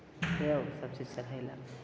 सेब सबचीज चढ़ेलक